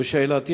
ושאלתי,